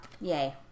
Yay